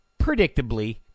predictably